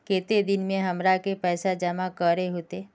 केते दिन में हमरा के पैसा जमा करे होते?